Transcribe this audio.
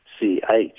C-H